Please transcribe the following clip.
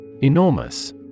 Enormous